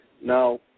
Now